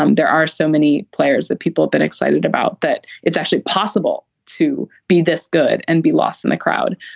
um there are so many players that people been excited about that it's actually possible to be this good and be lost in the crowd.